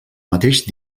mateix